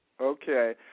okay